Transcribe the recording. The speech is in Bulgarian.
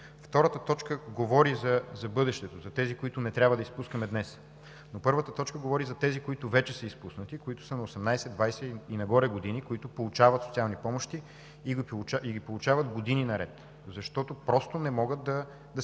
Втората точка говори за бъдещето – за тези, които не трябва да изпускаме днес. Първата точка обаче говори за тези, които вече са изпуснати, които са на 18 – 20 и нагоре години, които получават социални помощи, и ги получават години наред, защото просто не могат да